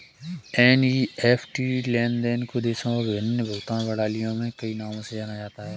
NEFT लेन देन को देशों और विभिन्न भुगतान प्रणालियों में कई नामों से जाना जाता है